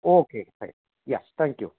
okay fine ya thank you